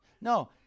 No